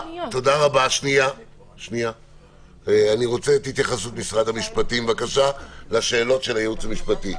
אני רוצה את התייחסות משרד המשפטים לשאלות של הייעוץ המשפטי,